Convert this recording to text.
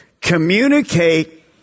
communicate